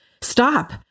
Stop